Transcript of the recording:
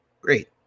Great